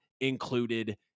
included